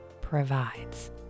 provides